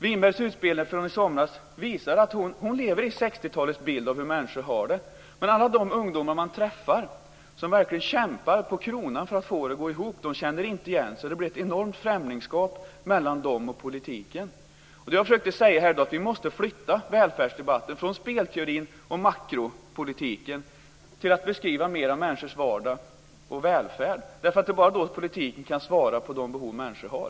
Winbergs utspel i somras visar att hon lever med 60-talets bild av hur människor har det. Men alla de ungdomar man träffar som verkligen kämpar på kronan för att få det att gå ihop känner inte igen sig. Det blir ett enormt främlingsskap mellan dem och politiken. Jag försökte säga att vi måste flytta välfärdsdebatten från spelteorin och makropolitiken och mer beskriva människors vardag och välfärd. Det är bara då politiken kan svara på de behov människor har.